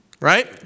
Right